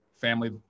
family